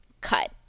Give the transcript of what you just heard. cut